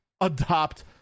adopt